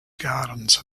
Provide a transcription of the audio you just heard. gardens